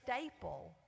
staple